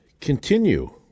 continue